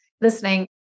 listening